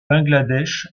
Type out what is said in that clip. bangladesh